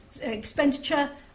expenditure